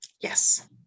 Yes